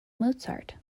mozart